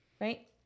right